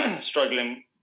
struggling